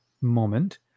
moment